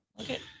Okay